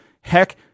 Heck